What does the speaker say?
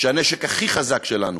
שהנשק הכי חזק שלנו